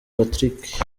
patrick